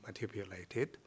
manipulated